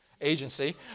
agency